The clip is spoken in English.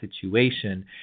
situation